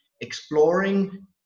exploring